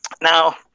Now